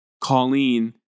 Colleen